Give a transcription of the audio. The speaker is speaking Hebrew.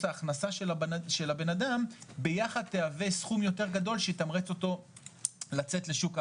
ההכנסה של הבנאדם ביחד תהווה סכום יותר גדול שיתמרץ אותו לצאת לשוק העבודה.